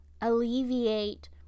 alleviate